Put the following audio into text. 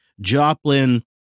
Joplin